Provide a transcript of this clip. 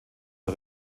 der